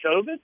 COVID